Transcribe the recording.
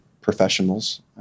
professionals